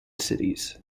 cities